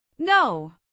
No